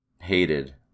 hated